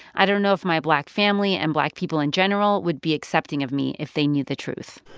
i don't know if my black family and black people in general would be accepting of me if they knew the truth